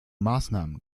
maßnahmen